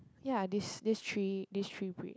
ya this this three this three breed